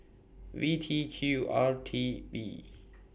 V T Q R T B